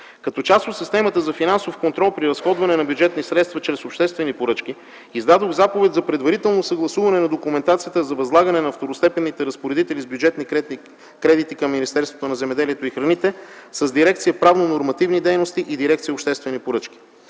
Като част от системата за финансов контрол при разходване на бюджетни средства чрез обществени поръчки издадох заповед за предварително съгласуване на документацията за възлагане на второстепенните разпоредители с бюджетни кредити към Министерството на земеделието и храните с Дирекция „Правно-нормативни дейности” и Дирекция „Обществени поръчки”.